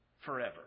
forever